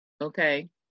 Okay